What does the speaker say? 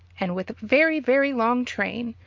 and with a very, very long train,